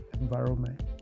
environment